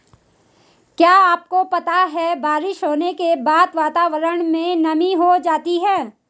क्या आपको पता है बारिश होने के बाद वातावरण में नमी हो जाती है?